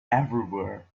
everywhere